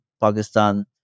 Pakistan